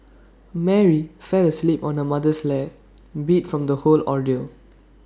Mary fell asleep on her mother's lap beat from the whole ordeal